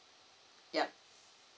ya